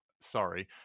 sorry